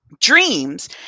dreams